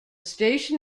station